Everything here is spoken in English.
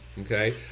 Okay